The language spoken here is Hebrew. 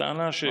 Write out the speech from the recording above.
בטענה שכל,